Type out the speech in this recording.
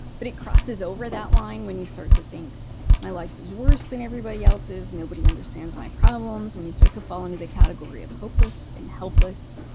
but it crosses over that line when you start to think my life is worse than everybody else's nobody understanding my problems. when you start to fall into the category of hopeless and helpless.